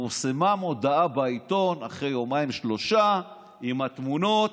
פורסמה מודעה בעיתון אחרי יומיים-שלושה עם התמונות,